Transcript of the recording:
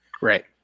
Right